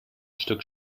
stück